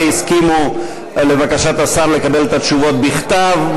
הסכימו לבקשת השר לקבל את התשובות בכתב,